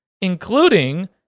including